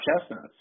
chestnuts